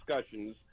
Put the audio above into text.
discussions